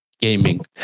gaming